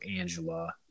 Angela